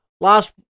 last